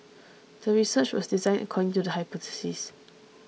the research was designed according to the hypothesis